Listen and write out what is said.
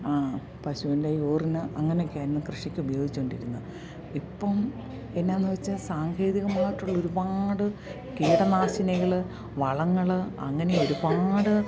പശുവിൻ്റെ യൂറിന് അങ്ങനെ ഒക്കെ ആയിരുന്നു കൃഷിക്കുപയോഗിച്ചുകൊണ്ടിരുന്നത് ഇപ്പം എന്നാന്ന് വെച്ചാൽ സാങ്കേതികമായിട്ടുള്ള ഒരുപാട് കീടനാശിനികള് വളങ്ങള് അങ്ങനെയൊരുപാട്